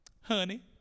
honey